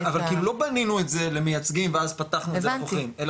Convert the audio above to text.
אבל כאילו לא בנינו את זה למייצגים ואז פתחנו את זה לחוכרים,